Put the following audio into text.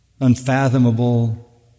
unfathomable